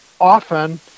often